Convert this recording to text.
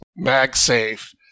MagSafe